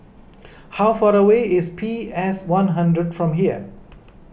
how far away is P Sone hundred from here